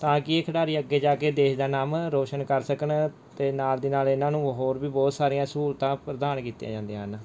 ਤਾਂ ਕਿ ਇਹ ਖਿਡਾਰੀ ਅੱਗੇ ਜਾ ਕੇ ਦੇਸ਼ ਦਾ ਨਾਮ ਰੋਸ਼ਨ ਕਰ ਸਕਣ ਅਤੇ ਨਾਲ ਦੀ ਨਾਲ ਇਹਨਾਂ ਨੂੰ ਹੋਰ ਵੀ ਬਹੁਤ ਸਾਰੀਆਂ ਸਹੂਲਤਾਂ ਪ੍ਰਦਾਨ ਕੀਤੀਆਂ ਜਾਂਦੀਆਂ ਹਨ